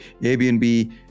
Airbnb